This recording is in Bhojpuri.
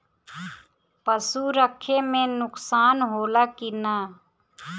पशु रखे मे नुकसान होला कि न?